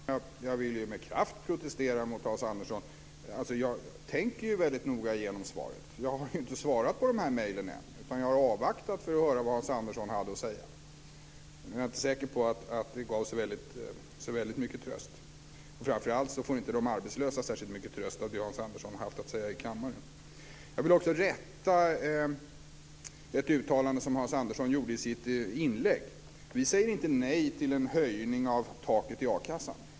Fru talman! Jag vill med kraft protestera mot Hans Andersson. Jag tänker väldigt noga igenom svaret. Jag har ju inte svarat på de här mejlen än. Jag har avvaktat för att höra vad Hans Andersson hade att säga. Nu är jag inte säker på att det gav så väldigt mycket tröst. Framför allt får inte de arbetslösa särskilt mycket tröst av det Hans Andersson har haft att säga i kammaren. Jag vill också rätta ett uttalande som Hans Andersson gjorde i sitt inlägg. Vi säger inte nej till en höjning av taket i a-kassan.